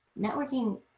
networking